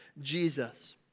Jesus